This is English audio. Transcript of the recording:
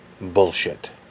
bullshit